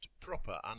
proper